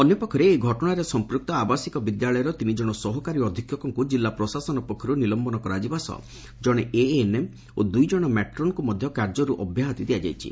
ଅନ୍ୟପକ୍ଷରେ ଏହି ଘଟଶାରେ ସଂପୃକ୍ତ ଆବାସିକ ବିଦ୍ୟାଳୟର ତିନିକ୍କଣ ସହକାରୀ ଅଧିକ୍ଷକଙ୍କୁ କିଲ୍ଲା ପ୍ରଶାସନ ପକ୍ଷରୁ ନିଲମ୍ମନ କରାଯିବା ସହ ଜଣେ ଏଏନ୍ଏମ୍ ଓ ଦୁଇଜଣ ମାଟ୍ରନ୍ଙ୍କୁ ମଧ୍ଧ କାର୍ଯ୍ୟରୁ ଅବ୍ୟାହତି ଦିଆଯାଇଛି